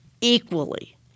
equally